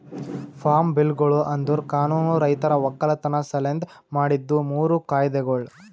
form ಬಿಲ್ಗೊಳು ಅಂದುರ್ ಕಾನೂನು ರೈತರ ಒಕ್ಕಲತನ ಸಲೆಂದ್ ಮಾಡಿದ್ದು ಮೂರು ಕಾಯ್ದೆಗೊಳ್